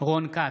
רון כץ,